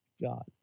God